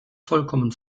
vollkommen